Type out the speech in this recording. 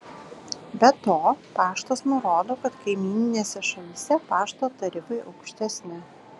be to paštas nurodo kad kaimyninėse šalyse pašto tarifai aukštesni